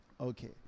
Okay